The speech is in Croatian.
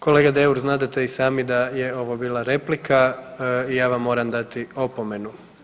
Kolega Deur, znadete i sami da je ovo bila replika i ja vam moram dati opomenu.